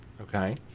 Okay